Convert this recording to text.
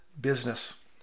business